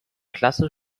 klasse